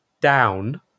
down